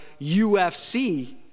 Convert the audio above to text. UFC